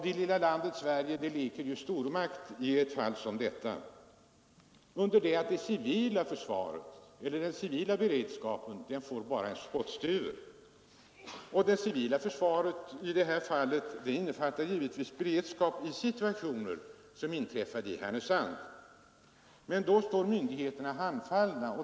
Det lilla landet Sverige leker stormakt i ett fall som detta, under det att den civila beredskapen får bara en spottstyver. Det civila försvaret innefattar givetvis beredskap i situationer som den i Härnösand, men då står myndigheterna handfallna.